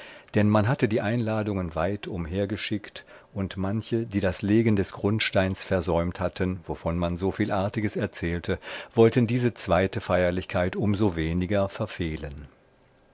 denn man hatte die einladungen weit umhergeschickt und manche die das legen des grundsteins versäumt hatten wovon man soviel artiges erzählte wollten diese zweite feierlichkeit um so weniger verfehlen